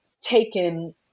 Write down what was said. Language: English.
taken